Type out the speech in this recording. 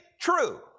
true